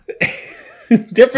different